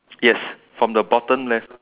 yes from the bottom left